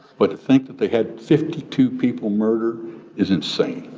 but to think that they had fifty two people murdered is insane.